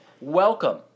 welcome